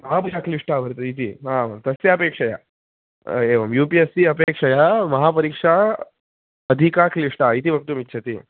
तादृशक्लिष्टा वर्तते इति हां तस्यापेक्षया एवं यु पि एस् सी अपेक्षया महापरीक्षा अधिका क्लिष्टा इति वक्तुमिच्छति